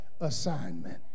assignment